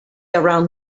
around